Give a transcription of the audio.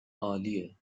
عالیه